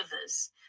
others